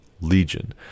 legion